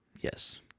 Yes